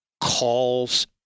calls